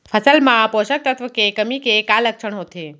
फसल मा पोसक तत्व के कमी के का लक्षण होथे?